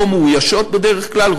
לא מאוישות בדרך כלל,